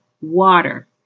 water